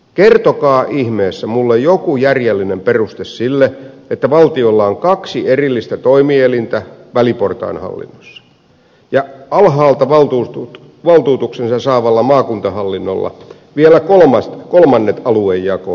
kertokaa ihmeessä minulle joku järjellinen peruste sille että valtiolla on kaksi erillistä toimielintä väliportaan hallinnossa ja alhaalta valtuutuksensa saavalla maakuntahallinnolla vielä kolmannet aluejakorajat